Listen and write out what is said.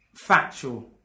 factual